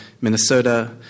Minnesota